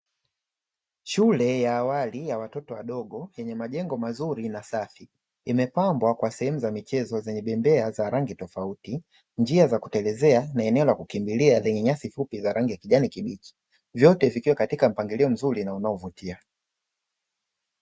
Shule ya awali ya watoto wadogo yenye majengo mazuri na safi, imepambwa kwa sehemu za michezo zenye bembea za rangi tofauti, njia za kutelezea na eneo la kukimbilia lenye nyasi fupi zenye rangi ya kijani kibichi, vyote vikiwa katika mpangilio mzuri na unaovutia.